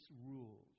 rules